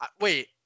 Wait